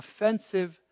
offensive